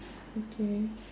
okay